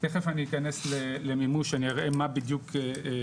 תכף אני אכנס למימוש ואני אראה מה בדיוק נבנה.